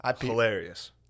hilarious